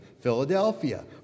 Philadelphia